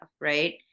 right